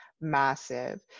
massive